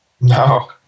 No